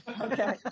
Okay